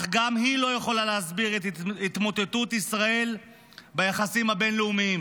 אך גם היא לא יכולה להסביר את התמוטטות ישראל ביחסים הבין-לאומיים.